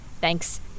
Thanks